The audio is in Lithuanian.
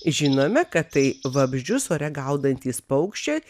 žinome kad tai vabzdžius ore gaudantys paukščiai